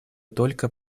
только